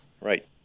Right